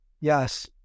Yes